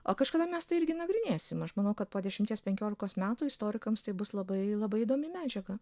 a kažkada mes tai irgi nagrinėsim aš manau kad po dešimties penkiolikos metų istorikams tai bus labai labai įdomi medžiaga